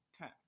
Okay